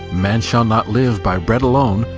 man shall not live by bread alone,